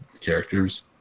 characters